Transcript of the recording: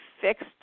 fixed